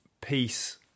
peace